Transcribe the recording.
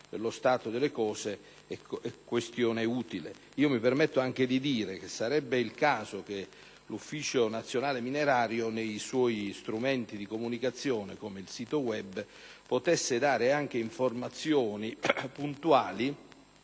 dello stato delle cose. Mi permetto anche di rilevare che sarebbe il caso che l'Ufficio nazionale minerario, tramite i suoi strumenti di comunicazione, come il sito *web*, potesse dare anche informazioni puntuali